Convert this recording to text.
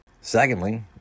Secondly